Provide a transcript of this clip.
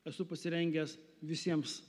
esu pasirengęs visiems